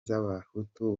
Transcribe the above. z’abahutu